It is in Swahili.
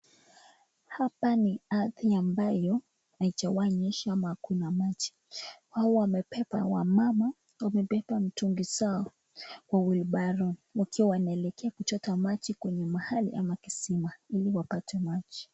Hapa ni ardhi ambayo haijawahi nyesha ama hakuna maji. Wao wamebeba, wamama wamebeba mitungi zao kwa [wheelbarrow] wakiwa wanaelekea kuchota maji kwenye mahali ama kisima ili wapate maji.